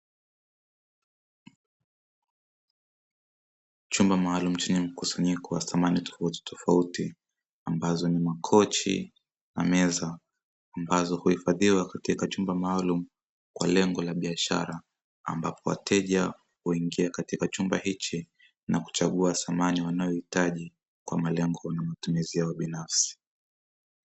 Chumba maalumu chenye mkusanyiko wa samani tofautitofauti ambazo ni makochi na meza ambazo huifadhiwa katika chumba maalumu kwa lengo la biashara, ambapo wateja huingia katika chumba hichi na kuchagua samani wanayohitaji kwa malengo na matumizi yao binafsi.